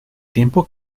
tiempo